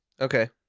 Okay